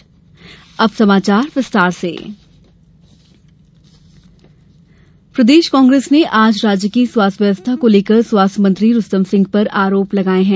कांग्रेस आरोप प्रदेश कांग्रेस ने आज राज्य की स्वास्थ्य व्यवस्था को लेकर स्वास्थ्य मंत्री रूस्तम सिंह पर आरोप लगाए हैं